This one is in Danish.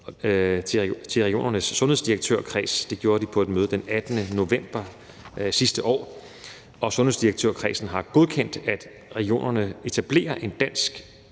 til regionernes sundhedsdirektørkreds. Det gjorde de på et møde den 18. november sidste år, og sundhedsdirektørkredsen har godkendt, at regionerne etablerer en dansk